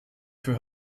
für